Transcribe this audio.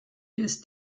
ist